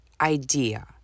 idea